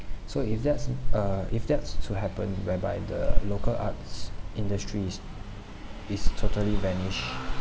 so if that's uh if that's to happen whereby the local arts industries is totally vanish